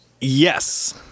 Yes